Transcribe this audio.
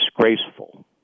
disgraceful